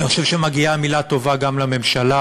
אני חושב שמגיעה מילה טובה גם לממשלה,